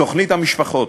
תוכנית המשפחות,